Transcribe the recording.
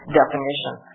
definition